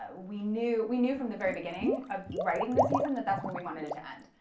ah we knew we knew from the very beginning of writing the season that that's where we wanted it to end.